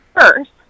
first